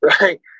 right